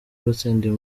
batsindiye